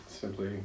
simply